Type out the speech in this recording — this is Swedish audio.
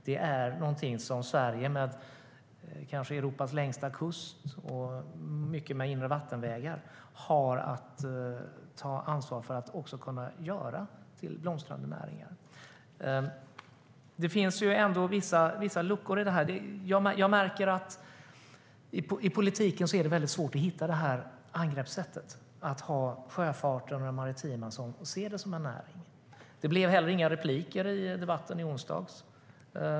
Det är något som Sverige med kanske Europas längsta kust och många inre vattenvägar har ansvar för att också kunna göra till blomstrande näringar. Det finns ändå vissa luckor i det här. Jag märker att det är svårt att hitta det här angreppssättet i politiken, att se sjöfarten och det maritima som en näring. Det blev inte heller några repliker i debatten i onsdags.